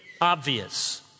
obvious